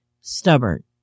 stubborn